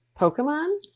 Pokemon